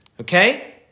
okay